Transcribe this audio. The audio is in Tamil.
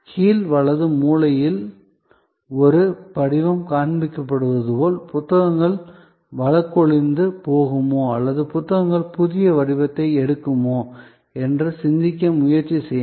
கீழ் வலது மூலையில் ஒரு படிவம் காண்பிக்கப்படுவது போல் புத்தகங்கள் வழக்கொழிந்து போகுமா அல்லது புத்தகங்கள் புதிய வடிவத்தை எடுக்குமா என்று சிந்திக்க முயற்சி செய்யுங்கள்